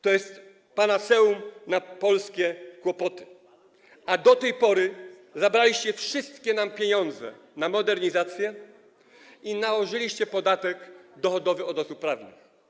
to jest panaceum na polskie kłopoty, a do tej pory zabraliście nam wszystkie pieniądze na modernizację i nałożyliście podatek dochodowy od osób prawnych.